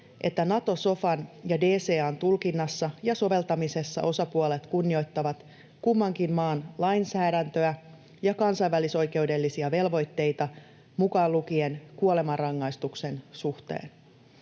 että Nato-sofan ja DCA:n tulkinnassa ja soveltamisessa osapuolet kunnioittavat kummankin maan lainsäädäntöä ja kansainvälisoikeudellisia velvoitteita, mukaan lukien kuolemanrangaistuksen suhteen.